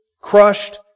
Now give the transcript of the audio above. crushed